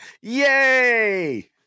Yay